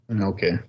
Okay